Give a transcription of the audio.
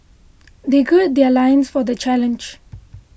they gird their loins for the challenge